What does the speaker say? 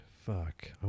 fuck